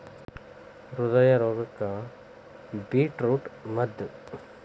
ಹೃದಯದ ರೋಗಕ್ಕ ಬೇಟ್ರೂಟ ಮದ್ದ